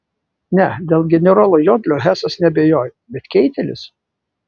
ne dėl generolo jodlio hesas neabejojo bet keitelis